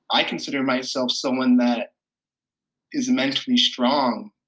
i consider myself someone that is mentally strong.